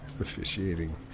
officiating